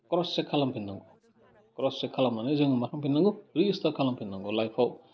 cross-check खालामफिननांगौ क्रससेक खालामनानै जोङो मा खालामफिननांगौ रिस्टार्ट खालामफिननांगौ लाइफआव